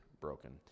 broken